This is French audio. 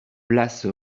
place